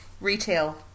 retail